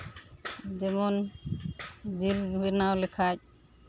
ᱡᱮᱢᱚᱱ ᱡᱤᱞ ᱵᱮᱱᱟᱣ ᱞᱮᱠᱷᱟᱱ